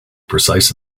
precise